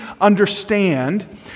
understand